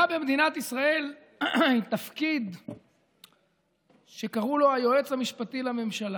היה במדינת ישראל תפקיד שקראו לו היועץ המשפטי לממשלה.